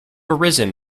arisen